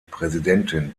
präsidentin